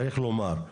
צריך לומר.